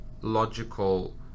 logical